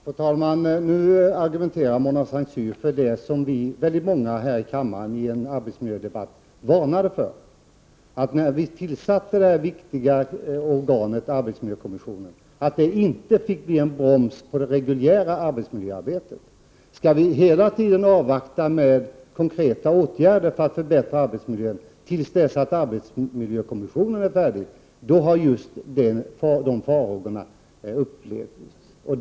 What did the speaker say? Fru talman! Nu argumenterar Mona Saint Cyr för det som väldigt många av oss i kammaren i en arbetsmiljödebatt varnade för, att det tillsatta viktiga organet, arbetsmiljökommissionen, inte fick bli en broms på det reguljära arbetsmiljöarbetet. Skall vi hela tiden avvakta med konkreta åtgärder för att förbättra arbetsmiljön till dess att arbetsmiljökommissionen är färdig med sitt arbete, har dessa farhågor besannats.